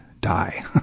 die